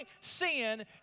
sin